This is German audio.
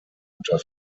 unter